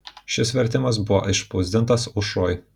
šis vertimas buvo išspausdintas aušroj